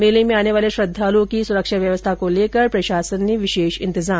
मेले में आने वाले श्रद्वालुओं की सुरक्षा व्यवस्था को लेकर प्रशासन ने विशेष इन्तजाम किए है